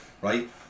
Right